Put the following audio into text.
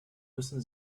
müssen